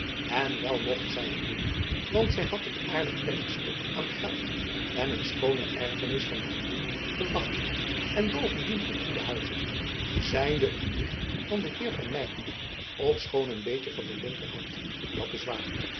en wel mocht zij het doen want zij had een aardig penningske aan geld en een schoone erfenis van haar moei te wachten en was bovendien van goeden huize zijnde een nicht van den heer van mynden ofschoon een beetje van de linkerhand dat s waar